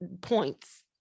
points